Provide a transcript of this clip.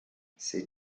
s’è